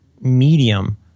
medium